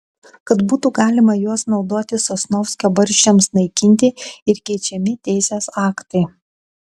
kad būtų galima juos naudoti sosnovskio barščiams naikinti ir keičiami teisės aktai